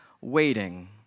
waiting